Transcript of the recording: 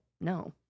no